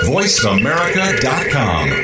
VoiceAmerica.com